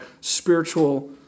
spiritual